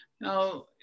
Now